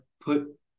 put